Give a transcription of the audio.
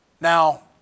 Now